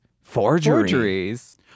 forgeries